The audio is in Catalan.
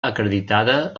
acreditada